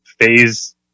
Phase